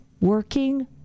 Working